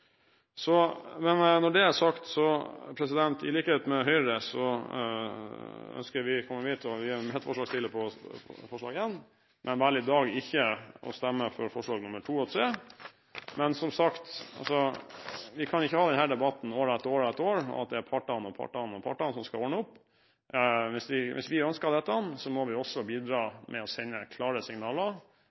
så langt, og i altfor liten grad med folk med doktorgrad. Jeg er sikker på at det vil fungere, og det vil sannsynligvis også påvirke hele læremiljøet på den enkelte skolen. I likhet med Høyre er vi medforslagsstiller til forslag nr. 1, men vi velger i dag ikke å stemme for forslagene nr. 2 og 3. Men som sagt, vi kan ikke ha denne debatten år etter år etter år, og at det er partene, partene og partene som skal ordne opp. Hvis vi ønsker dette, må vi også bidra med å sende klare